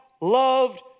loved